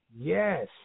Yes